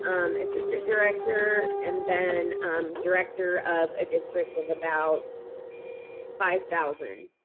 um assistant director, and then director of a district of about five thousand.